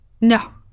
No